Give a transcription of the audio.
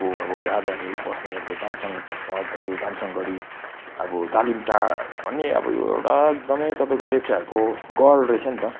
को अब राजाहरू बस्ने दमसाङ फर्ट भयो दामसाङगढी अब दालिमटार भन्ने अब यो एउटा अब एकदमै तपाईँको लेप्चाहरूको गढ रहेछ नि त